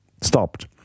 stopped